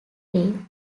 tree